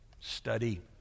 study